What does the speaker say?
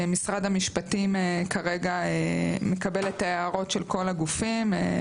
משרד המשפטים כרגע מקבל את ההערות של כל הגופים.